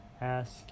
ask